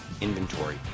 inventory